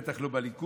בטח לא בליכוד.